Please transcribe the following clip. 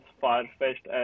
far-fetched